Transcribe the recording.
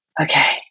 okay